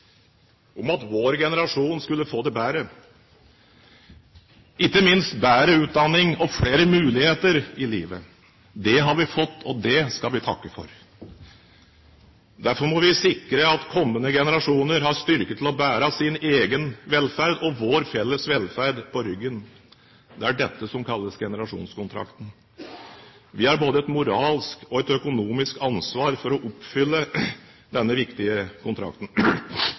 om at vår generasjon skulle få det bedre, ikke minst få bedre utdanning og flere muligheter i livet. Det har vi fått, og det skal vi takke for. Derfor må vi sikre at kommende generasjoner har styrke til å bære sin egen velferd og vår felles velferd på ryggen. Det er dette som kalles generasjonskontrakten. Vi har både et moralsk og økonomisk ansvar for å oppfylle denne viktige kontrakten.